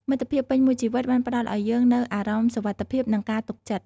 មិត្តភាពពេញមួយជីវិតបានផ្តល់ឲ្យយើងនូវអារម្មណ៍សុវត្ថិភាព និងការទុកចិត្ត។